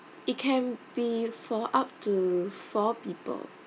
it can be for up to four people